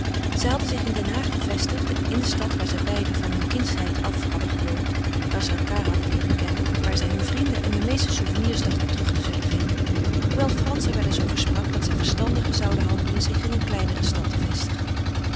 zij hadden zich in den haag gevestigd in de stad waar zij beiden van hun kindsheid af hadden gewoond waar zij elkaâr hadden leeren kennen waar zij hun vrienden en hun meeste souvenirs dachten terug te zullen vinden hoewel frans er wel eens over sprak dat zij verstandiger zouden handelen zich in een kleinere stad te vestigen